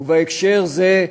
ובהקשר זה,